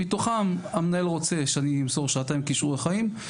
מתוכם המנהל רוצה שאני אמסור שעתיים כישורי חיים,